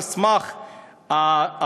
על סמך הצילומים?